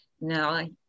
no